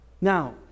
Now